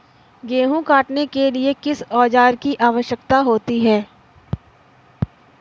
गेहूँ काटने के लिए किस औजार की आवश्यकता होती है?